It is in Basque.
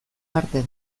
parte